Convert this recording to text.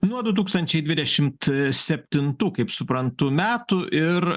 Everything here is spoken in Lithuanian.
nuo du tūkstančiai dvidešimt septintų kaip suprantu metų ir